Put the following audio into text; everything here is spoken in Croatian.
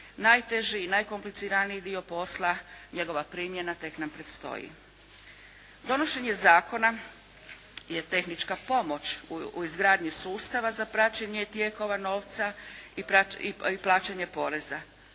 najteži i najkompliciraniji dio posla, njegova primjena tek na predstoji. Donošenje zakona je tehnička pomoć u izgradnji sustava za praćenje i tijekova novca i plaćanja poreza.